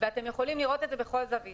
ואתם יכולים לראות את זה בכל זווית.